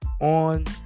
on